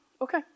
okay